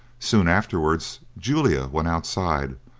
soon afterwards julia went outside,